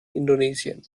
indonesien